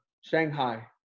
Shanghai